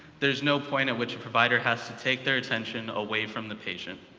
there's no point at which a provider has to take their attention away from the patient.